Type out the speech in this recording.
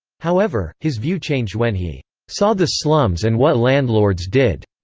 however, his view changed when he saw the slums and what landlords did.